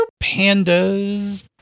Pandas